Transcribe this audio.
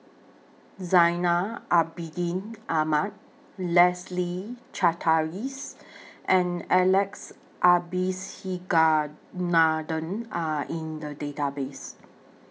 Zainal Abidin Ahmad Leslie Charteris and Alex Abisheganaden Are in The Database